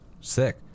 sick